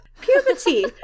puberty